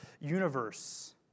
universe